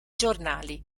giornali